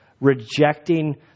Rejecting